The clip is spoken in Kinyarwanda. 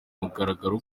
mugaragaro